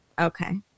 Okay